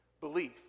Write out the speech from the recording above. belief